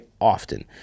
often